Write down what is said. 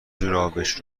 جورابش